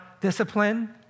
discipline